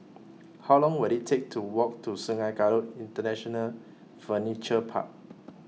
How Long Will IT Take to Walk to Sungei Kadut International Furniture Park